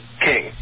King